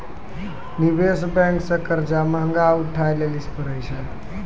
निवेश बेंक से कर्जा महगा उठाय लेली परै छै